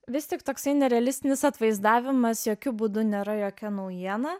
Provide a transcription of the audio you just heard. vis tik toksai nerealistinis atvaizdavimas jokiu būdu nėra jokia naujiena